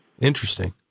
Interesting